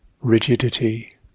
rigidity